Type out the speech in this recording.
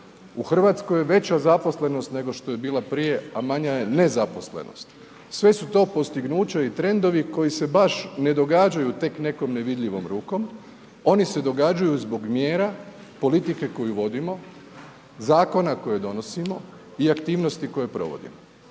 u Hrvatskoj je veća zaposlenost nego što je bila prije, a manja je nezaposlenost. Sve su to postignuća i trendovi koji se baš ne događaju tek nekom nevidljivom rukom. Oni se događaju zbog mjera politike koju vodimo, zakona koje donosimo i aktivnosti koje provodimo.